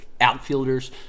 outfielders